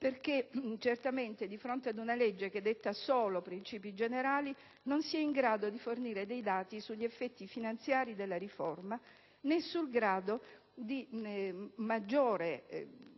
perché, di fronte ad una legge che detta solo principi generali, non si è in grado di fornire dei dati sugli effetti finanziari della riforma, né sul grado di maggiore